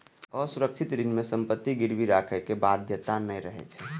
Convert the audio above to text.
असुरक्षित ऋण मे संपत्ति गिरवी राखै के बाध्यता नै रहै छै